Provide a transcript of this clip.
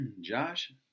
Josh